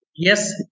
Yes